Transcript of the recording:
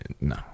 No